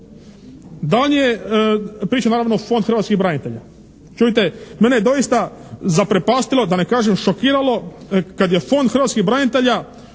je priča naravno Fond hrvatskih branitelja. Čujte, mene je doista zaprepastilo da ne kažem šokiralo kad je Fond hrvatskih branitelja